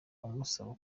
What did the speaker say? amusaba